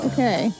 Okay